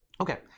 Okay